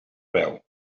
veu